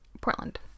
Portland